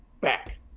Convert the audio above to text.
back